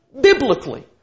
biblically